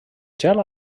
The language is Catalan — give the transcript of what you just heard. gel